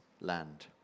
Land